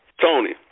Tony